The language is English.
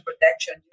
protection